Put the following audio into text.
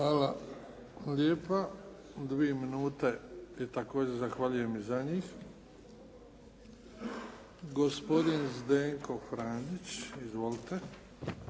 Hvala lijepa. Dvije minute, i također zahvaljujem i za njih. Gospodin Zdenko Franić. Izvolite.